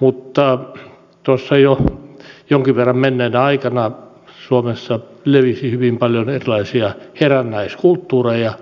mutta tuossa jo jonkin verran menneenä aikana suomessa levisi hyvin paljon erilaisia herännäiskulttuureja